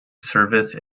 service